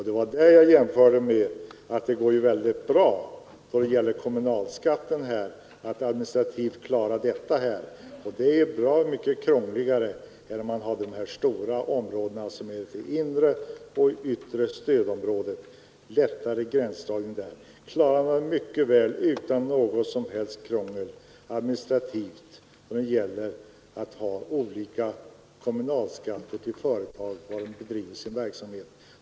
Det var där jag gjorde jämförelsen och sade att det ju går mycket bra att klara den saken administrativt när det gäller kommunalskatten, och det är ändå bra mycket krångligare än om hänsyn bara skall tas till det inre och det yttre stödområdet. Där är gränsdragningen lättare. Men man klarar som sagt utan något administrativt krångel att ha olika kommunalskatt med hänsyn till var inom landet företagen bedriver sin verksamhet.